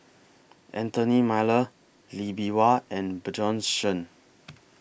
Anthony Miller Lee Bee Wah and Bjorn Shen